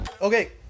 Okay